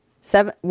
seven